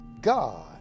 God